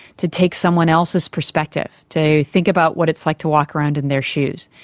to take someone else's perspective, to think about what it's like to walk around in their shoes.